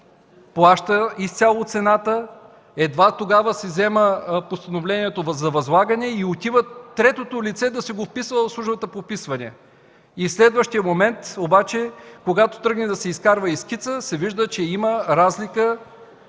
плаща изцяло цената, едва тогава си взема постановлението за възлагане и отива да си го вписва в Службата по вписванията. В следващия момент обаче, когато тръгне да изкарва скица, се вижда, че има разлика